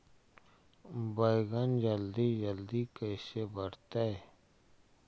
बैगन जल्दी जल्दी कैसे बढ़तै?